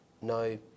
no